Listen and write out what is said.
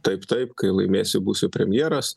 taip taip kai laimėsi būsi premjeras